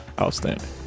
Outstanding